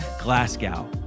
Glasgow